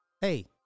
Hey